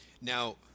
Now